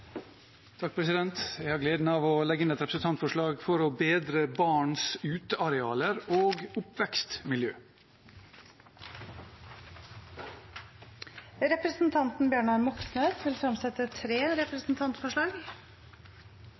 Jeg har gleden av å legge fram et representantforslag om å bedre barns utearealer og oppvekstmiljø. Representanten Bjørnar Moxnes vil fremsette tre representantforslag.